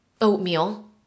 oatmeal